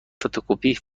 فتوکپی